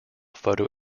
photo